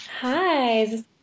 Hi